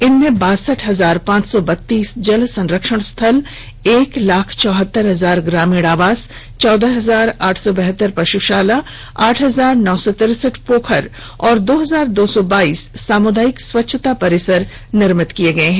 इनमें बासठ हजार पांच सौ बत्तीस जल संरक्षण स्थल एक लाख चौहत्तर हजार ग्रामीण आवास चौदह हजार आठ सौ बहत्तर पशुशाला आठ हजार नौ सौ तीरसठ पोखर और दो हजार दो सौ बाइस सामुदायिक स्वच्छता परिसर निर्मित किए गये हैं